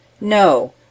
No